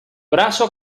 brazo